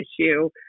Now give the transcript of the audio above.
issue